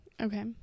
Okay